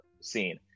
scene